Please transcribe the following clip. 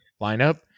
lineup